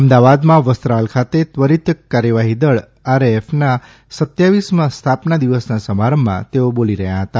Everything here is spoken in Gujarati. અમદાવાદમાં વસ્ત્રાલ ખાતે ત્વરીત કાર્યવાહી દળ આરએએફ ના રહમા સ્થાપના દિવસના સમારંભમાં તેઓ બોલી રહયાં હતા